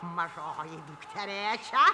mažoji dukterėčia